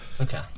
Okay